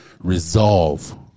resolve